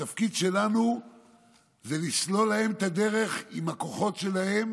התפקיד שלנו זה לסלול להם את הדרך עם הכוחות שלהם